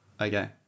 okay